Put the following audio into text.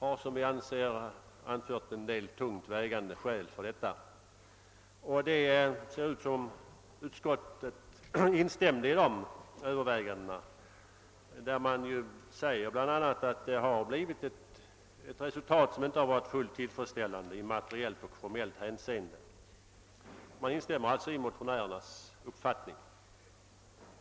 Såsom vi anfört finns tungt vägande skäl för vårt yrkande. Det ser ut som om utskottet instämde i våra överväganden. Bland annat anför utskottet, att resultatet av taxeringsarbetet inte varit fullt tillfredsställande i materiellt och formellt hänseende. Utskottet delar alltså motionärernas uppfattning.